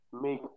make